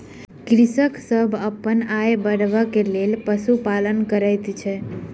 कृषक सभ अपन आय बढ़बै के लेल पशुपालन करैत अछि